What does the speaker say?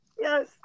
Yes